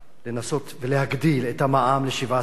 לנסות ולהגדיל את המע"מ ל-7%.